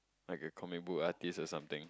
like a comic book artist or something